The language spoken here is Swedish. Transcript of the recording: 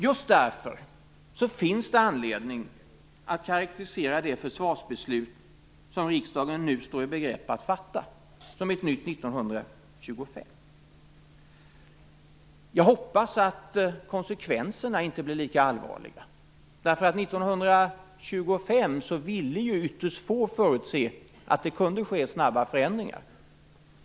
Just därför finns det anledning att karakterisera det försvarsbeslut som riksdagen nu står i begrepp att fatta som ett nytt 1925. Jag hoppas att konsekvenserna inte blir lika allvarliga. År 1925 ville ju ytterst få förutse att det kunde ske snabba förändringar.